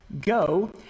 go